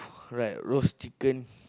crack roast chicken